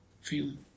feeling